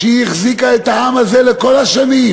שהיא החזיקה את העם הזה כל השנים.